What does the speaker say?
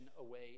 away